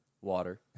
water